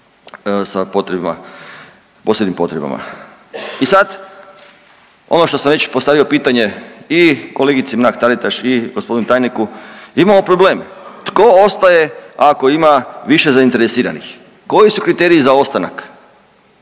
I sad ono što sam već postavio pitanje i kolegici Mrak Taritaš i gospodinu tajniku, imamo problem, tko ostaje ako ima više zainteresiranih. Koji su kriteriji za ostanak?